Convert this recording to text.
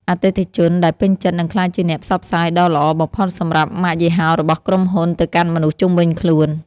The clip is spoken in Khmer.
អតិថិជនដែលពេញចិត្តនឹងក្លាយជាអ្នកផ្សព្វផ្សាយដ៏ល្អបំផុតសម្រាប់ម៉ាកយីហោរបស់ក្រុមហ៊ុនទៅកាន់មនុស្សជុំវិញខ្លួន។